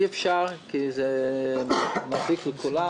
אי-אפשר, כי זה מזיק לכולם.